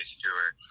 Stewart